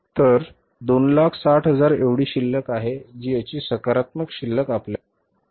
तर 2600000 एवढी शिल्लक आहे जी याची सकारात्मक शिल्लक आपल्याकडे आहे